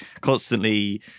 constantly